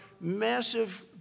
massive